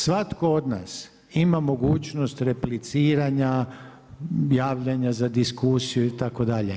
Svatko od nas ima mogućnosti repliciranja, javljanja za diskusiju itd.